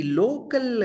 local